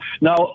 now